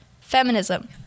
Feminism